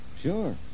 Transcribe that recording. Sure